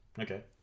Okay